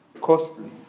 costly